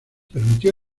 permitió